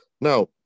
Now